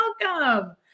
Welcome